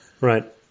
Right